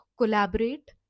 collaborate